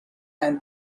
and